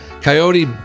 Coyote